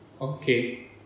Okay